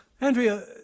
Andrea